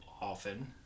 often